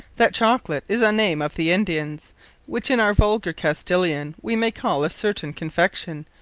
that chocolate is a name of the indians which in our vulgar castilian, we may call a certaine confection,